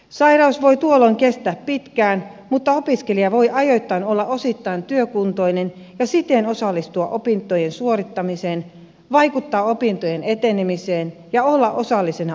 sairaus voi tuolloin kestää pitkään mutta opiskelija voi ajoittain olla osittain työkuntoinen ja siten osallistua opintojen suorittamiseen vaikuttaa opintojen etenemiseen ja olla osallisena opiskelijayhteisössä